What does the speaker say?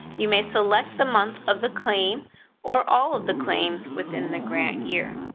you may select the month of the claim or all of the claims within the grant year.